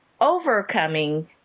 overcoming